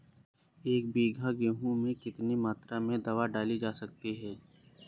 एक बीघा गेहूँ में कितनी मात्रा में दवा डाली जा सकती है?